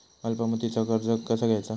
अल्प मुदतीचा कर्ज कसा घ्यायचा?